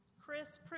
Chris